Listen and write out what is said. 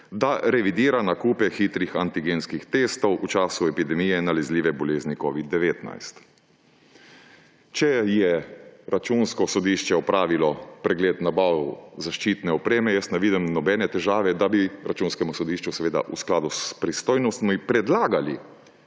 da revidira nakupe hitrih antigenskih testov v času epidemije nalezljive bolezni covid-19. Če je Računsko sodišče opravilo pregled nabav zaščitne opreme, jaz ne vidim nobene težave, da bi Računskemu sodišču v skladu s pristojnostmi predlagali,